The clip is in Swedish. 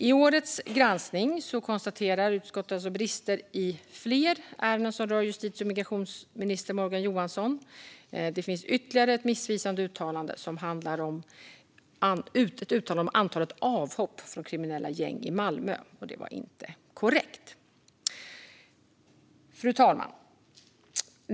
I årets granskning konstaterar utskottet alltså brister i flera ärenden som rör justitie och migrationsminister Morgan Johansson. Det finns ytterligare ett missvisande uttalande som handlar om antalet avhopp från kriminella gäng i Malmö, och det var inte korrekt. Fru talman!